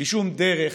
בלי שום דרך,